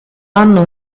anno